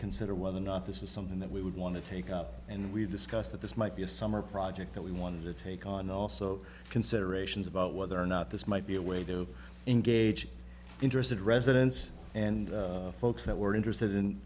consider whether or not this is something that we would want to take up and we've discussed that this might be a summer project that we wanted to take on also considerations about whether or not this might be a way to engage interested residents and folks that were interested in